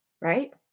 right